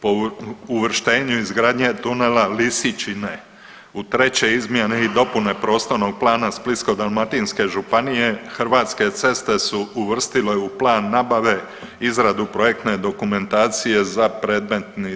Po uvrštenju izgradnje tunela Lisičine u treće izmjene i dopune prostornog plana Splitsko-dalmatinske županije Hrvatske ceste su uvrstile u plan nabave izradu projektne dokumentacije za predmetni